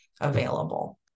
available